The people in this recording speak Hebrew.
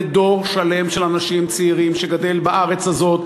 לדור שלם של אנשים צעירים שגדל בארץ הזאת,